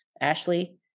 Ashley